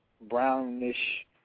brownish